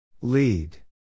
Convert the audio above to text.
Lead